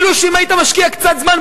אם היית משקיע קצת זמן,